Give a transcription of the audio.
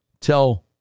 tell